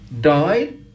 died